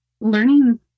learning